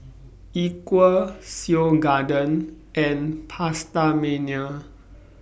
Equal Seoul Garden and PastaMania